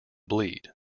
bleed